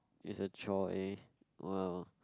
it's a chore eh !wow!